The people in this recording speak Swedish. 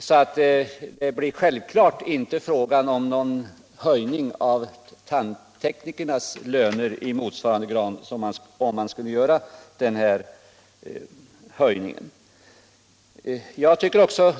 Självfallet blir det då inte någon höjning av tandteknikernas löner i motsvarande grad, om man Om den tandtekniska branschens problem niska branschens problem skulle genomföra den föreslagna ökningen.